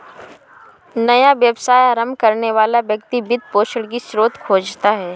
नया व्यवसाय आरंभ करने वाला व्यक्ति वित्त पोषण की स्रोत खोजता है